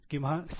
किंवा सी